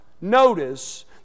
notice